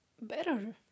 better